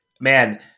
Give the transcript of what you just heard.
man